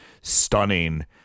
stunning